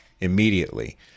immediately